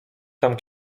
tam